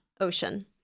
ocean